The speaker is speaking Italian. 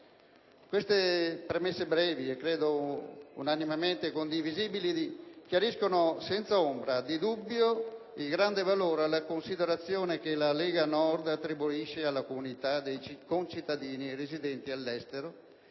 Queste premesse brevi, e credo unanimemente condivisibili, chiariscono senza ombra di dubbio il grande valore e la considerazione che la Lega Nord attribuisce alla comunità dei concittadini residenti all'estero